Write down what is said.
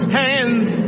hands